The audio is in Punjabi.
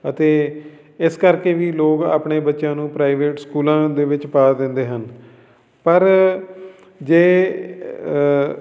ਅਤੇ ਇਸ ਕਰਕੇ ਵੀ ਲੋਕ ਆਪਣੇ ਬੱਚਿਆਂ ਨੂੰ ਪ੍ਰਾਈਵੇਟ ਸਕੂਲਾਂ ਦੇ ਵਿੱਚ ਪਾ ਦਿੰਦੇ ਹਨ ਪਰ ਜੇ